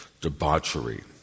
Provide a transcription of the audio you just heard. debauchery